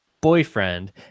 boyfriend